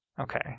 Okay